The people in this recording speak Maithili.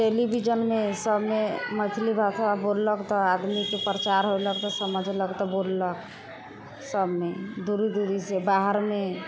टेलिविजनमे सबमे मैथिली भाषा बोललक तऽ आदमीके प्रचार होलक तऽ समझलक तऽ बोललक सबमे दूरी दूरी से बाहरमे